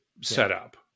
setup